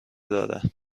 دارد